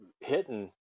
hitting